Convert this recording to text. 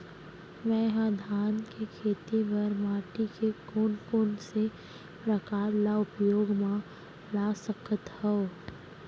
मै ह धान के खेती बर माटी के कोन कोन से प्रकार ला उपयोग मा ला सकत हव?